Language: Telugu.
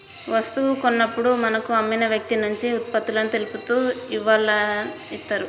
వస్తువు కొన్నప్పుడు మనకు అమ్మిన వ్యక్తినుంచి ఉత్పత్తులను తెలుపుతూ ఇన్వాయిస్ ఇత్తారు